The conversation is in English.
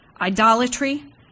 idolatry